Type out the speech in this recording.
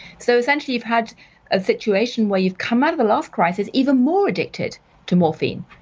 so essentially you've had a situation where you've come out of the last crisis even more addicted to morphine.